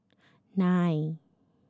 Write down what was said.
nine